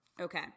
Okay